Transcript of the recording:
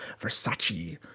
Versace